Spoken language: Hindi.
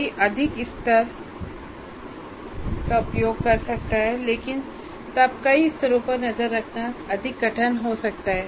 कोई अधिक स्तरों का उपयोग कर सकता है लेकिन तब कई स्तरों पर नज़र रखना अधिक कठिन हो जाता है